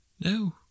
No